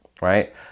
right